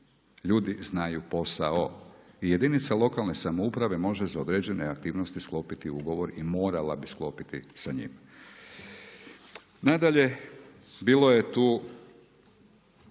ljudi znaju posao. I jedinica lokalne samouprave može za određene aktivnosti sklopiti ugovor i morala bi sklopiti sa njim. Nadalje, bilo je tu,